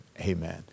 Amen